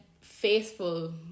faithful